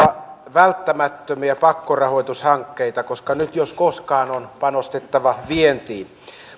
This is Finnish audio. välttämättömiä pakkorahoitushankkeita koska nyt jos koskaan on panostettava vientiin